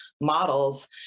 models